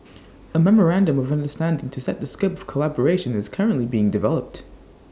A memorandum of understanding to set the scope of collaboration is currently being developed